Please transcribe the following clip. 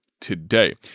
today